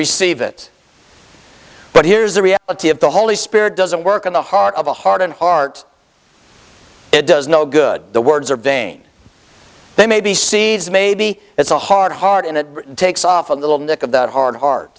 receive it but here's the reality of the holy spirit doesn't work in the heart of the heart and heart it does no good the words are vain they may be seeds maybe it's a hard heart and it takes off a little nick of the hard hear